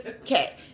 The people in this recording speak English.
Okay